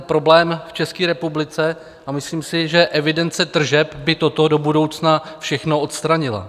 To je ten problém v České republice a myslím si, že evidence tržeb by toto do budoucna všechno odstranila.